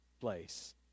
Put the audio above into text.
place